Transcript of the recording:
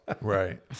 Right